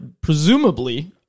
presumably